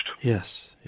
Yes